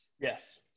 Yes